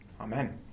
Amen